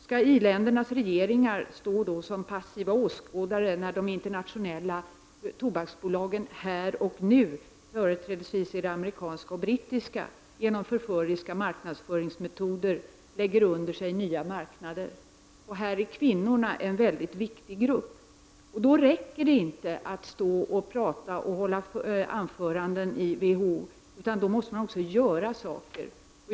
Skall industriländernas regeringar då stå som passiva åskådare när de internationella tobaksbolagen här och nu — det rör sig företrädelsevis om amerikanska och brittiska bolag — genom förföriska marknadsföringsmetoder lägger under sig nya marknader? Här är kvinnorna en väldigt viktig grupp. Det räcker då inte att stå och hålla anföranden i WHO, utan man man måste också göra saker.